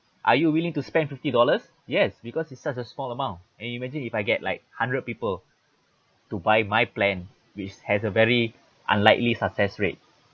are you willing to spend fifty dollars yes because it's such a small amount and imagine if I get like hundred people to buy my plan which has a very unlikely success rate